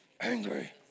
angry